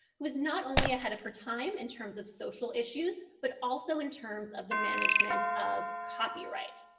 who is not only ahead of her time in terms of social issues but also in terms of the management of copyright.